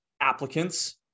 applicants